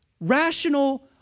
rational